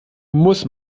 muss